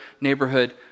neighborhood